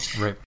Right